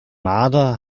marder